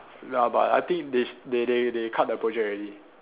ya but I think they s~ they they they cut the project already